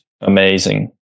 amazing